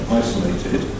isolated